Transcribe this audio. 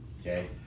Okay